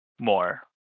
more